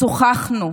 שוחחנו,